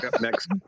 Next